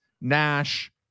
Nash